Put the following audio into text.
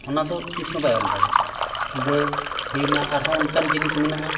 ᱚᱱᱟᱫᱚ ᱛᱤᱸᱥᱦᱚᱸ ᱵᱟᱭ ᱚᱞ ᱫᱟᱲᱮᱭᱟᱜᱼᱟ ᱫᱟᱹᱞ ᱦᱩᱭᱱᱟ ᱟᱨᱦᱚᱸ ᱚᱱᱠᱟᱱ ᱡᱤᱱᱤᱥ ᱢᱮᱱᱟᱜᱼᱟ